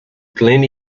glen